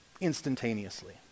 instantaneously